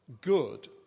good